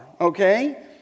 okay